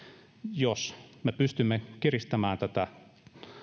jos me pystymme kiristämään tätä